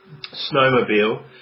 snowmobile